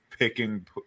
picking